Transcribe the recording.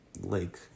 Lake